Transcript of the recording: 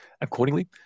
accordingly